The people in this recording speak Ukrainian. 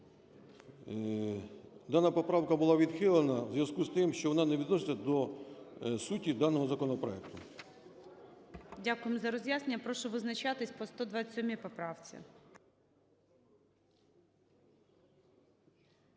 Дана поправка була відхилена у зв'язку з тим, що вона не відноситься до суті даного законопроекту. ГОЛОВУЮЧИЙ. Дякуємо за роз'яснення. Прошу визначитися по 127 поправці.